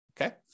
Okay